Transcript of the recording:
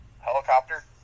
helicopter